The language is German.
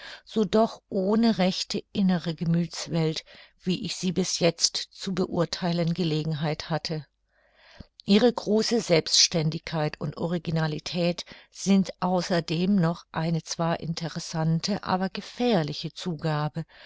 so doch ohne rechte innere gemüthswelt wie ich sie bis jetzt zu beurtheilen gelegenheit hatte ihre große selbständigkeit und originalität sind außerdem noch eine zwar interessante aber gefährliche zugabe